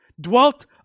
dwelt